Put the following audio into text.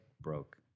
broke